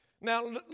Now